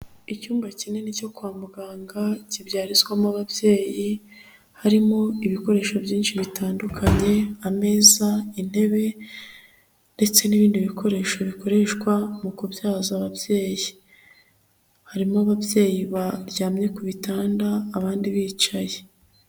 Icyumba kinini cyo kwa muganga kibyarizwamo ababyeyi, harimo ibikoresho byinshi bitandukanye, ameza, intebe, ndetse n'ibindi bikoresho bikoreshwa mu kubyaza ababyeyi. Harimo ababyeyi baryamye ku bitanda abandi bicaye.